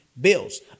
bills